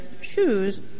shoes